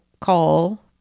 call